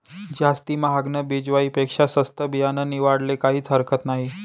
जास्ती म्हागानं बिजवाई पेक्शा सस्तं बियानं निवाडाले काहीज हरकत नही